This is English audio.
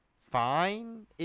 fine